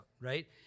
Right